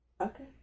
Okay